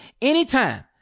anytime